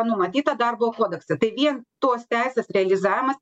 numatyta darbo kodekse tai vien tos teisės realizavimas